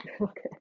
Okay